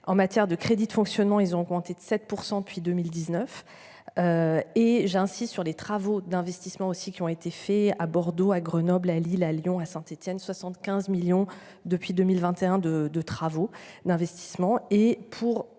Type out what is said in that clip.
en matière de crédits de fonctionnement, ils ont augmenté de 7% depuis 2019. Et j'ai ainsi sur les travaux d'investissement aussi qui ont été faits à Bordeaux à Grenoble, à Lille, à Lyon, à Saint-Étienne, 75 millions depuis 2021 de de travaux d'investissement